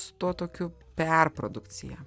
su tuo tokiu perprodukcija